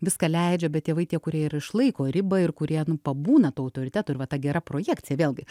viską leidžia bet tėvai tie kurie ir išlaiko ribą ir kurie nu pabūna tuo autoritetu ir va ta gera projekcija vėlgi